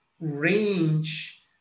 range